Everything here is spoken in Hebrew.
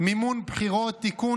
(מימון בחירות) (תיקון,